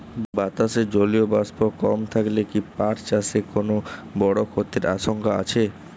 বাতাসে জলীয় বাষ্প কম থাকলে কি পাট চাষে কোনো বড় ক্ষতির আশঙ্কা আছে?